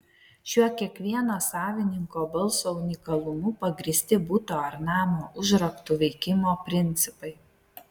šiuo kiekvieno savininko balso unikalumu pagrįsti buto ar namo užraktų veikimo principai